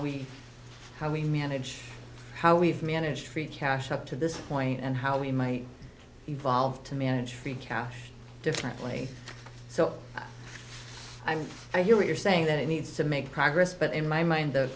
we how we manage how we've managed to treat cash up to this point and how we might evolve to manage free cash differently so i'm i hear you're saying that he needs to make progress but in my mind the